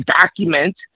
document